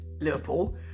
Liverpool